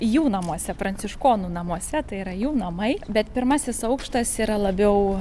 jų namuose pranciškonų namuose tai yra jų namai bet pirmasis aukštas yra labiau